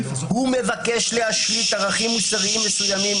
הוא מבקש להשליט ערכים מוסריים מסוימים,